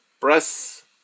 Press